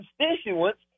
constituents